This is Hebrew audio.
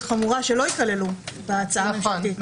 חמורה שלא ייכללו בהצעה הממשלתית.